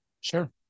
Sure